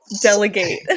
delegate